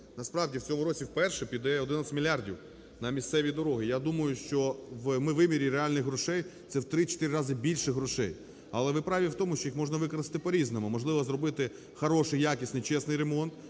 Насправді в цьому році вперше піде 11 мільярдів на місцеві дороги. Я думаю, що у вимірі реальних грошей це в три-чотири рази більше грошей. Але ви праві в тому, що їх можна використати по-різному. Можливо, зробити хороший, якісний, чесний ремонт,